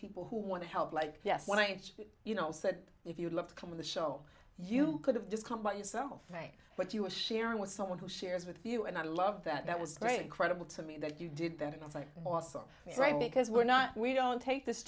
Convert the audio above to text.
people who want to help like yes when i teach you know said if you love to come on the show you could have just come by yourself right but you were sharing with someone who shares with you and i love that was great credible to me that you did that and it's like awesome right because we're not we don't take this